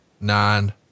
nine